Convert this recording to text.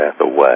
away